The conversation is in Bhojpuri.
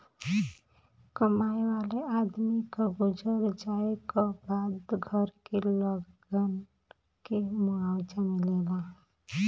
कमाए वाले आदमी क गुजर जाए क बाद घर के लोगन के मुआवजा मिलेला